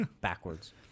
backwards